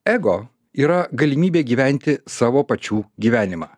ego yra galimybė gyventi savo pačių gyvenimą